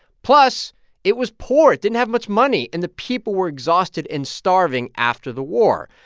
plus it was poor. it didn't have much money. and the people were exhausted and starving after the war.